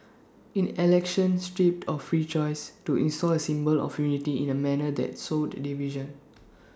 in election stripped of free choice to install A symbol of unity in A manner that sowed division